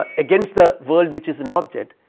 ah against the world which is in object,